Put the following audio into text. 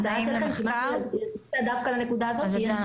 אז תעבירו לנו בבקשה את נוהל 108,